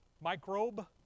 microbe